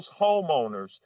homeowners